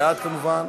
בעד, כמובן.